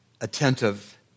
attentive